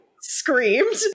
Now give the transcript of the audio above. Screamed